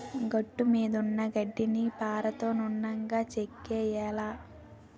గట్టుమీదున్న గడ్డిని పారతో నున్నగా చెక్కియ్యాల